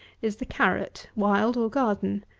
is the carrot, wild or garden.